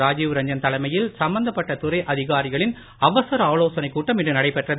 ராஜுவ் ரஞ்சன் தலைமையில் சம்பந்தப்பட்ட துறை அதிகாரிகளின் அவசர ஆலோசனைக் கூட்டம் இன்று நடைபெற்றது